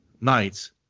nights